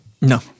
No